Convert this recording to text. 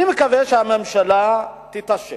אני מקווה שהממשלה תתעשת,